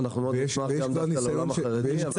לא,